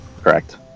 Correct